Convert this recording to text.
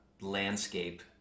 landscape